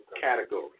category